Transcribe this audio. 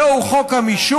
הלוא הוא חוק המישוש,